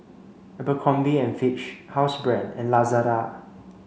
Abercrombie and Fitch Housebrand and Lazada